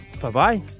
Bye-bye